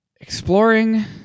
exploring